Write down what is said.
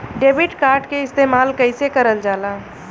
Debit card के इस्तेमाल कइसे करल जाला?